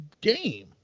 game